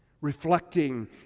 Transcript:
Reflecting